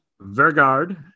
Vergard